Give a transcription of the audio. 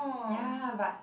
ya but